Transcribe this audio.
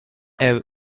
est